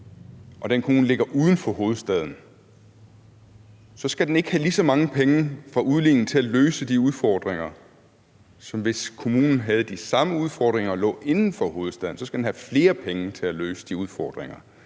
og som ligger uden for hovedstaden, ikke skal have lige så mange penge fra udligningen til at løse de udfordringer, som hvis kommunen har de samme udfordringer og ligger inden for hovedstaden – her skal den have flere penge til at løse de udfordringer.